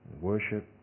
worship